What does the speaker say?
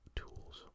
tools